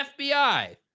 FBI